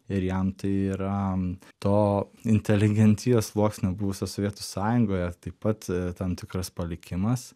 ir jam tai yra to inteligentijos sluoksnio buvusio sovietų sąjungoje taip pat tam tikras palikimas